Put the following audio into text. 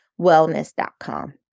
wellness.com